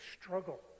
struggle